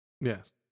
Yes